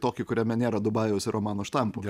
tokį kuriame nėra dubajaus ir omano štampų